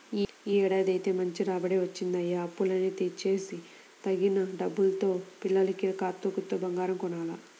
యీ ఏడాదైతే మంచి రాబడే వచ్చిందయ్య, అప్పులన్నీ తీర్చేసి తక్కిన డబ్బుల్తో పిల్లకి కాత్తో కూత్తో బంగారం కొనాల